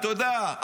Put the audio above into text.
אתה יודע,